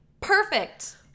perfect